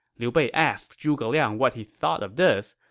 liu bei asked zhuge liang what he thought of this.